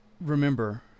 remember